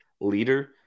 leader